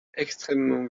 extrêmement